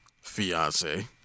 fiance